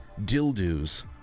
dildos